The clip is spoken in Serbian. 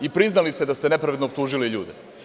I priznali ste da ste nepravedno optužili ljude.